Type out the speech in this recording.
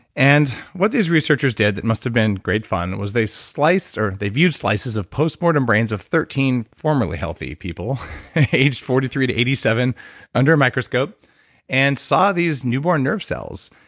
and what these researchers did that must have been great fun was they sliced or they viewed slices of postmortem brains of thirteen formerly healthy people aged forty three eighty seven under a microscope and saw these newborn nerve cells,